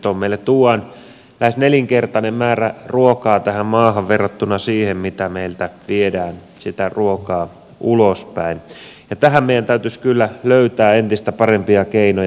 meille tuodaan lähes nelinkertainen määrä ruokaa tähän maahan verrattuna siihen mitä meiltä viedään ruokaa ulospäin ja tähän meidän täytyisi kyllä löytää entistä parempia keinoja